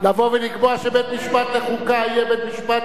לבוא ולקבוע שבית-משפט לחוקה יהיה בית-משפט,